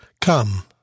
Come